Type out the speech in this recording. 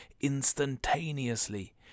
instantaneously